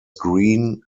green